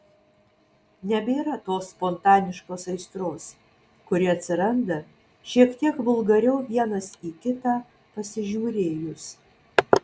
nebėra tos spontaniškos aistros kuri atsiranda šiek tiek vulgariau vienas į kitą pasižiūrėjus